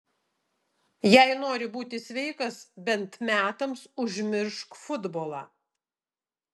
jei nori būti sveikas bent metams užmiršk futbolą